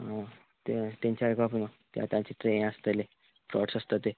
आं तें तेंचें आयकप ना ते तांचे ते आसतले फ्रॉड्स आसत ते